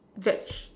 veg